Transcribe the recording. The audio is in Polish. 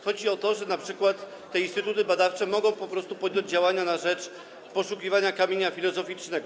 Chodzi o to, że np. te instytuty badawcze mogą po prostu podjąć działania na rzecz poszukiwania kamienia filozoficznego.